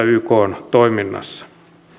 ykn toiminnassa